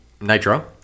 Nitro